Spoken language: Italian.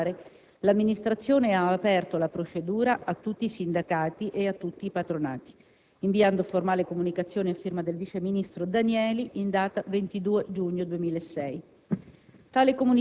In particolare, l'amministrazione ha aperto la procedura a tutti i sindacati e a tutti i patronati, inviando formale comunicazione a firma del vice ministro Danieli in data 22 giugno 2006.